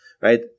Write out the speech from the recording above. right